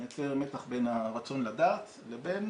הוא מייצר מתח בין הרצון לדעת לבין